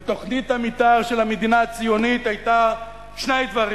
ותוכנית המיתאר של המדינה הציונית היתה שני דברים: